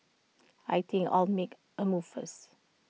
I think I'll make A move first